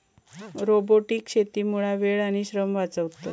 robotic शेतीमुळा वेळ आणि श्रम वाचतत